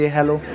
Hello